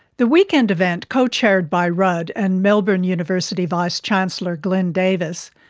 the weekend event, co-chaired by rudd and melbourne university vice-chancellor glyn davis,